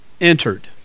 entered